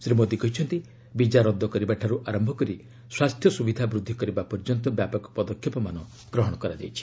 ଶ୍ରୀ ମୋଦୀ କହିଛନ୍ତି ବିଜା ରଦ୍ଦ କରିବାଠାରୁ ଆରମ୍ଭ କରି ସ୍ୱାସ୍ଥ୍ୟ ସୁବିଧା ବୃଦ୍ଧି କରିବା ପର୍ଯ୍ୟନ୍ତ ବ୍ୟାପକ ପଦକ୍ଷେପମାନ ଗ୍ରହଣ କରାଯାଇଛି